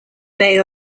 bay